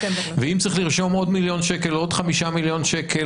אם צריך לרשום עוד מיליון שקל או עוד חמישה מיליון שקל,